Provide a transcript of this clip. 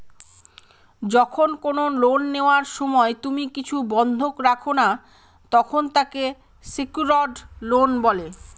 যখন কোনো লোন নেওয়ার সময় তুমি কিছু বন্ধক রাখো না, তখন তাকে সেক্যুরড লোন বলে